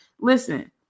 Listen